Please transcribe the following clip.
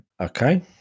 Okay